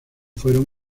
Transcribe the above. fueron